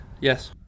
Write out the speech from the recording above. yes